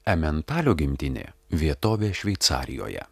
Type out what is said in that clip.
ementalio gimtinė vietovė šveicarijoje